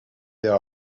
their